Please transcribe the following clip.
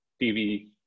TV